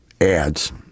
ads